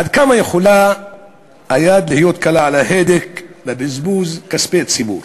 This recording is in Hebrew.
עד כמה יכולה היד להיות קלה על ההדק בבזבוז כספי ציבור?